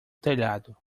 telhado